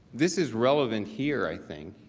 this is relevant here, i think.